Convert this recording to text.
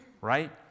right